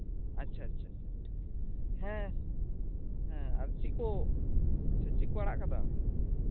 ᱟᱪᱪᱷᱟ ᱟᱪᱪᱷᱟ ᱦᱮᱸ ᱦᱮᱸ ᱟᱨ ᱪᱮᱫ ᱠᱩ ᱟᱪᱪᱷᱟ ᱪᱮᱫ ᱠᱚ ᱟᱲᱟᱜ ᱠᱟᱫᱟ